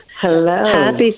Hello